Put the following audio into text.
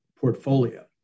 portfolio